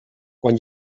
quan